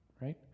Right